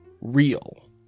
real